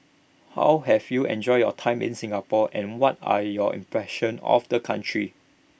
how have you enjoyed your time in Singapore and what are your impressions of the country